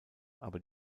aber